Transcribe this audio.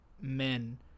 men